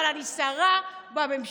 אבל אני שרה בממשלה,